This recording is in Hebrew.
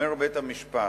אומר בית-המשפט: